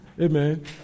Amen